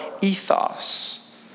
ethos